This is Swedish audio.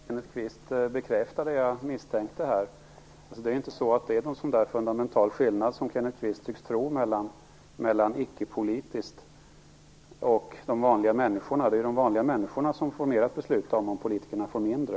Fru talman! Jag konstaterar att Kenneth Kvist bekräftar det jag misstänkte. Det är ju inte någon sådan fundamental skillnad som Kenneth Kvist tycks tro mellan det som är icke-politiskt och de vanliga människorna. Det är ju de vanliga människorna som får mer att besluta om ifall politikerna får mindre.